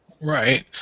Right